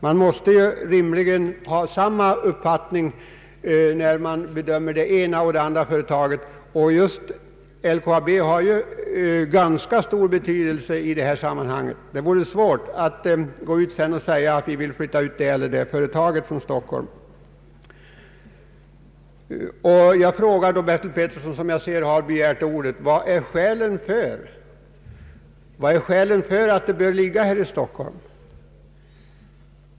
Man måste rimligen ha samma utgångspunkt när man bedömer olika företag, och just LKAB har ganska stor betydelse i detta sammanhang. Om riksdagen förordar att LKAB:s kontor skall ligga kvar i Stockholm blir det svårt att sedan bestämma att andra företag skall flyttas ut. Jag vill då fråga herr Bertil Petersson, som jag ser har begärt ordet: Vilka är skälen för att LKAB:s kontor bör ligga här i Stockholm?